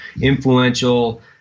influential